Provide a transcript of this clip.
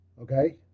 Okay